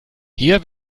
hier